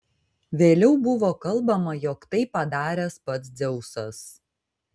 vėliau buvo kalbama jog tai padaręs pats dzeusas